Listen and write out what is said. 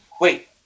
wait